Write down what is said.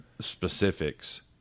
specifics